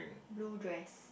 blue dress